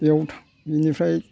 बेयाव था बिनिफ्राइ